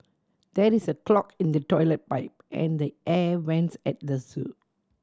there is a clog in the toilet pipe and the air vents at the zoo